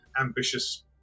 ambitious